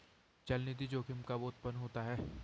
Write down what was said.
चलनिधि जोखिम कब उत्पन्न होता है?